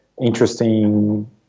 interesting